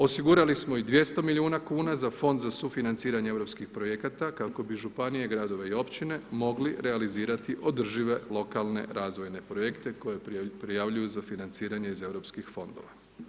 Osigurali smo i 200 milijuna kuna za Fond za sufinanciranje europskih projekata kako bi županije, gradove i općine mogli realizirati održive lokalne razvojne projekte koje prijavljuju za financiranje iz europskih fondova.